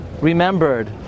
remembered